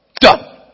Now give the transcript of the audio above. done